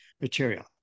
material